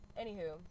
anywho